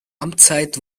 amtszeit